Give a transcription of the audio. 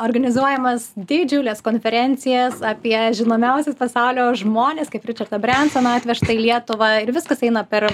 organizuojamas didžiules konferencijas apie žinomiausius pasaulio žmones kaip ričardą brensoną atvežtą į lietuvą ir viskas eina per